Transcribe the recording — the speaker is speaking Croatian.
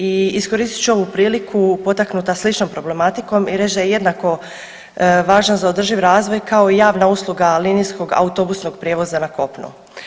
I iskoristit ću ovu priliku potaknuta sličnom problematikom i reći da je jednako važan za održiv razvoj kao i javna usluga linijskog autobusnog prijevoza na kopno.